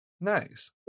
Nice